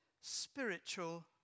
spiritual